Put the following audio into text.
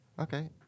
Okay